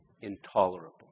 intolerable